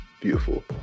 beautiful